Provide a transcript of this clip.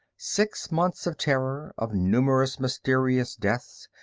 six months of terror, of numerous mysterious deaths,